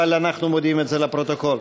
אבל אנחנו מודיעים את זה לפרוטוקול.